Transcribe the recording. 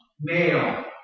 male